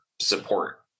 support